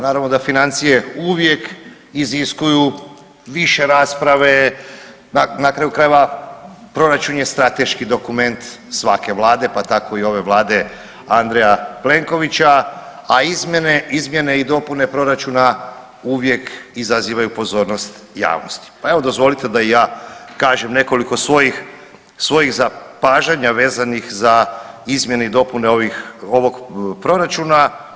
Naravno da financije uvijek iziskuju više rasprave, na kraju krajeva proračun je strateški dokument svake vlade pa tako i ove vlade Andreja Plenkovića, a izmjene, izmjene i dopune proračuna uvijek izazivaju pozornost javnosti, pa evo dozvolite da i ja kažem nekoliko svojih zapažanja vezanih za izmjene ovog proračuna.